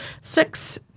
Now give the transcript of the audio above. six